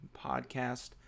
podcast